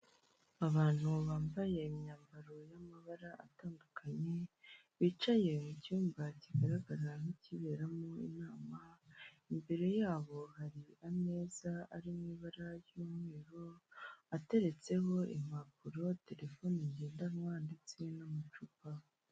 Abantu bambaye imyambaro y'amabara atandukanye bicaye mu cyumba kigaragara nk'ikiberamo inama imbere yabo hari ameza ari mu ibara ry'umweru ateretseho impapuro telefoni ngendanwa ndetse n'amacupa